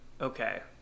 Okay